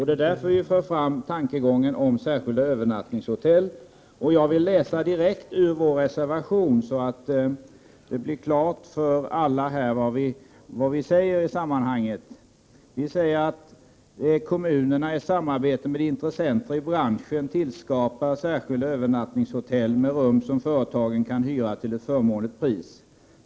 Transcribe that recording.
Det är därför vi för fram tankegången om särskilda övernattningshotell. Jag vill läsa direkt ur vår reservation, så att det står klart för alla vad vi säger i sammanhanget. Vi säger att ”kommunerna i samarbete med intressenter i branschen tillskapar särskilda övernattningshotell med rum som företagen kan hyra till ett förmånligt pris.